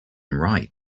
write